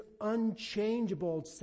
unchangeable